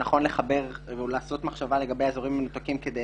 שנכון לחבר או לקחת מחשבה לגבי האזורים המנותקים כדי